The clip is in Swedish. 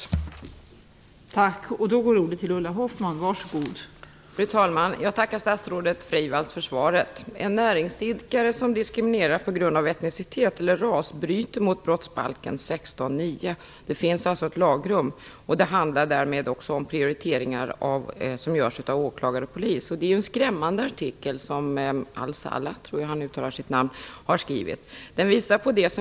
Då Alice Åström, som framställt frågan anmält att hon var förhindrad att närvara vid sammanträdet, medgav talmannen att Ulla Hoffmann fick delta i överläggningen.